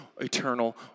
eternal